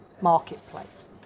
marketplace